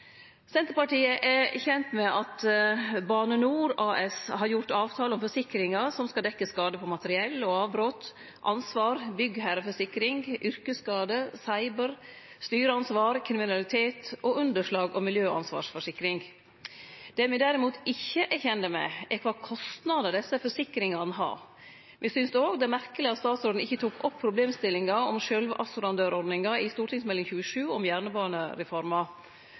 Senterpartiet er kjent med at Bane NOR har gjort avtale om forsikringar som skal dekkje skade på materiell, avbrot, ansvar, byggherreforsikring, yrkesskade, cyber, styreansvar, kriminalitet, underslag og miljøansvarsforsikring. Det me derimot ikkje er kjende med, er kva kostnader desse forsikringane har. Me synest òg at det er merkeleg at statsråden ikkje tok opp problemstillinga om sjølvassurandørordninga i Meld. St. 27, om jernbanereforma.